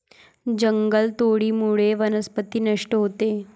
जंगलतोडीमुळे वनस्पती नष्ट होते